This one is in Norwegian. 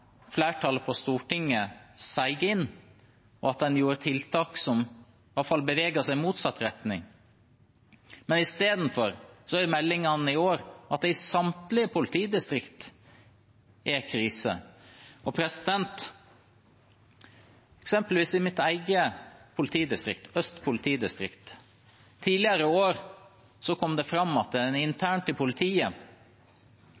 flertallet på Stortinget, og at en gjorde tiltak som gjorde at man beveget seg i motsatt retning. Men istedenfor er meldingene i år at det er krise i samtlige politidistrikt. Eksempelvis i mitt eget politidistrikt, Øst politidistrikt, kom det tidligere i år fram at en